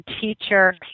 teacher